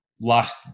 last